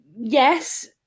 yes